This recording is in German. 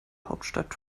hauptstadt